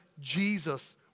Jesus